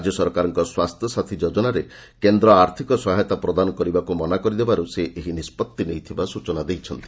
ରାଜ୍ୟ ସରକାରଙ୍କ 'ସ୍ୱାସ୍ଥ୍ୟ ସାଥୀ' ଯୋଜନାରେ କେନ୍ଦ୍ର ଆର୍ଥକ ସହାୟତା ପ୍ରଦାନ କରିବାକୁ ମନା କରିଦେବାରୁ ସେ ଏହି ନିଷ୍ପଭି ନେଇଥିବା ସ୍ୱଚନା ଦେଇଛନ୍ତି